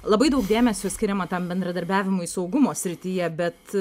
labai daug dėmesio skiriama tam bendradarbiavimui saugumo srityje bet